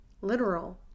literal